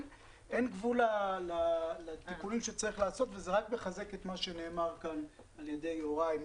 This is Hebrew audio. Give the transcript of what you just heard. גבול לתיקונים שצריך לעשות וזה רק מחזק את מה שנאמר כאן על ידי יוראי,